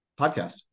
podcast